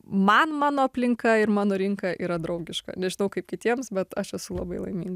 man mano aplinka ir mano rinka yra draugiška nežinau kaip kitiems bet aš esu labai laiminga